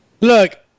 Look